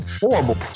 horrible